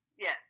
Yes